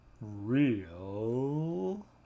Real